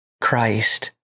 Christ